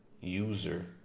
user